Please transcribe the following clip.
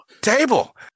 Table